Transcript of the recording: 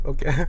Okay